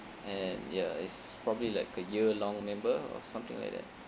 and ya it's probably like a year long member or something like that